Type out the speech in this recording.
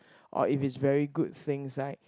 or if it's very good things like